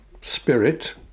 spirit